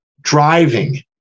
driving